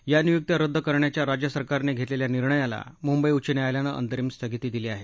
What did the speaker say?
या नियुक्त्या रद्द करण्याच्या राज्य सरकारने घेतलेल्या निर्णयाला मुंबई उच्च न्यायालयानं अंतरीम स्थगिती दिली आहे